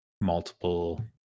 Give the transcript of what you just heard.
multiple